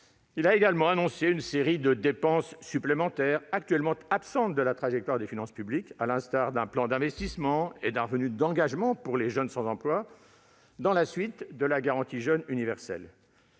il a également annoncé une série de dépenses supplémentaires, actuellement absentes de la trajectoire des finances publiques, à l'instar d'un plan d'investissement et d'un « revenu d'engagement » pour les jeunes sans emploi, dans le prolongement de la garantie jeunes universelle.